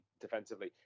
defensively